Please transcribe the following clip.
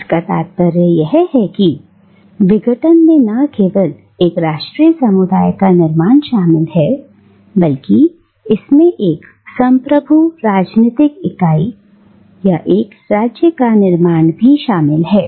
इसका तात्पर्य यह है कि विघटन में ना केवल एक राष्ट्रीय समुदाय का निर्माण शामिल है बल्कि इसमें एक संप्रभु राजनीतिक इकाई यह एक राज्य का निर्माण भी शामिल है